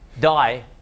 die